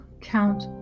count